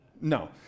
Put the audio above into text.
No